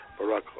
Barack